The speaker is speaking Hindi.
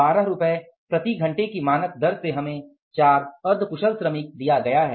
12 रुपये प्रति घंटे की मानक दर से हमें 4 अर्ध कुशल श्रमिक दिया गया है